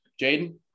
Jaden